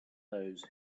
those